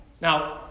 Now